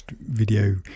video